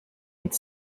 could